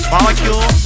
Molecule